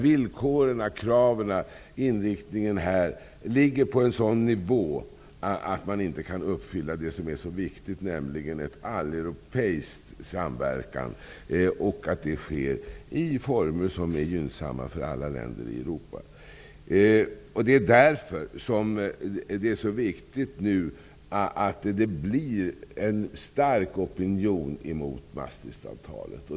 Villkoren, kraven, inriktningen ligger på en sådan nivå att man inte kan uppfylla det som är så viktigt, nämligen en alleuropeisk samverkan som sker i former som är gynnsamma för alla länder i Europa. Det är därför som det är viktigt att det blir en stark opinion mot Maastrichtavtalet.